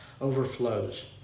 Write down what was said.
overflows